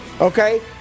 okay